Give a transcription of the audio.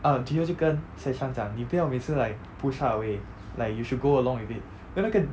err ji hyo 就跟 se chan 讲你不要每次 like push 她 away like you should go along with it then 那个